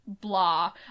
blah